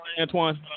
Antoine